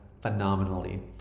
phenomenally